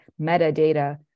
metadata